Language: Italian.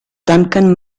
duncan